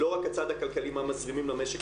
לא רק הצד הכלכלי מה מזרימים למשק,